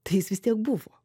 tai jis vis tiek buvo